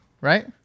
right